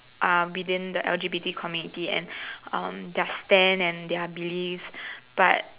are within the L_G_B_T community and um their stand and their beliefs but